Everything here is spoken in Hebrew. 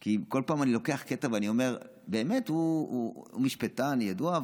כי כל פעם אני לוקח קטע ואני אומר: באמת הוא משפטן ידוע,